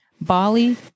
Bali